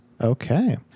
Okay